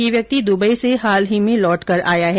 ये व्यक्ति दुबई से हाल ही में लौटकर आया है